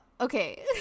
Okay